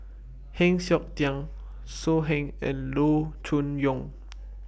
Heng Siok Tian So Heng and Loo Choon Yong